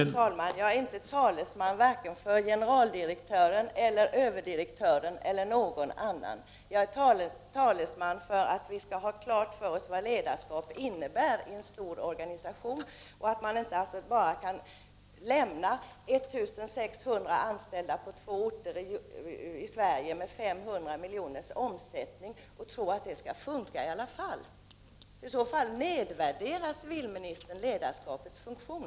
Herr talman! Jag är inte talesman vare sig för generaldirektören, för överdirektören eller för någon annan. Jag är talesman för att vi skall ha klart för oss vad ledarskap innebär i en stor organisation, dvs. att man inte bara kan lämna en verksamhet med 1600 anställda på två orter i Sverige och med 500 milj.kr. i omsättning och tro att det skall fungera ändå. I så fall nedvärderar civilministern ledarskapets funktion.